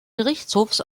gerichtshofs